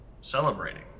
celebrating